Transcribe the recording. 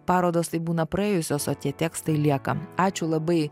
parodos tai būna praėjusios o tie tekstai lieka ačiū labai